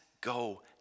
go